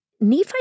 Nephi